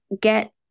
get